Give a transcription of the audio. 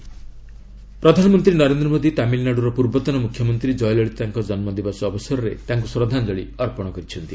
PM Jayalalithaa ପ୍ରଧାନମନ୍ତ୍ରୀ ନରେନ୍ଦ୍ର ମୋଦୀ ତାମିଲନାଡ଼ୁର ପୂର୍ବତନ ମୁଖ୍ୟମନ୍ତ୍ରୀ ଜୟଲଳିତାଙ୍କ ଜନ୍ମଦିବସ ଅବସରରେ ତାଙ୍କୁ ଶ୍ରଦ୍ଧାଞ୍ଜଳି ଅର୍ପଣ କରିଛନ୍ତି